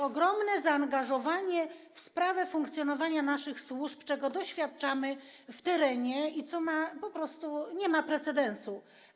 ogromne zaangażowanie w sprawę funkcjonowania naszych służb, czego doświadczamy w terenie i co po prostu nie ma precedensu.